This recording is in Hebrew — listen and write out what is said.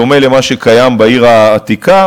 בדומה למה שקיים בעיר העתיקה,